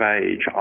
age